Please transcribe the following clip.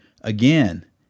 again